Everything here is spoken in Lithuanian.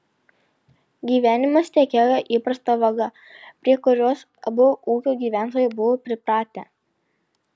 gyvenimas tekėjo įprasta vaga prie kurios abu ūkio gyventojai buvo pripratę